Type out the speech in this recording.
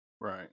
right